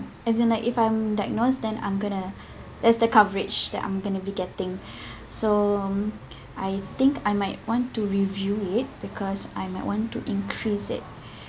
as in like if I'm diagnosed then I'm going to that's the coverage that I'm going to be getting so mm I think I might want to review it because I might want to increase it